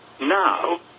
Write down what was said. now